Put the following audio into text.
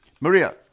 Maria